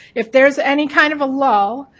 if there is any kind of a lull,